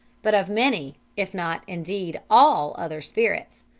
but of many, if not, indeed, all other spirits.